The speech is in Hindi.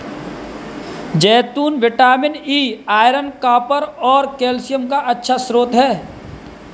जैतून विटामिन ई, आयरन, कॉपर और कैल्शियम का अच्छा स्रोत हैं